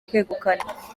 kwegukana